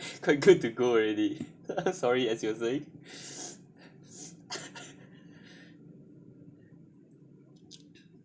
good to go already sorry as you were saying